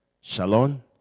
shalom